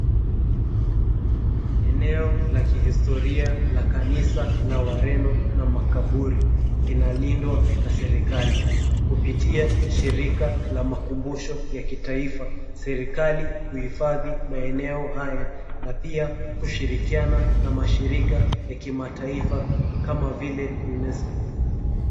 Eneo la kihistoria la kanisa la wareno na makaburi inalindwa na serikali kupitia shirika la makumbusho ya kitaifa. Serikali huhifadhi maeneo haya na pia kushirikiana na mashirika ya kimataifa kama vile UNESCO.